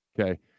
okay